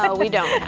ah we don't